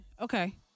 Okay